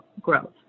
growth